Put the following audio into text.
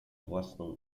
własną